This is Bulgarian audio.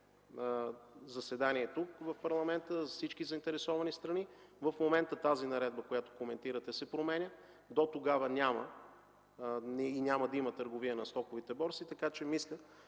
заседание тук, в парламента, с всички заинтересовани страни. В момента тази наредба, която коментирате, се променя. Дотогава няма и няма да има търговия на стоковите борси, така че мисля,